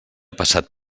passat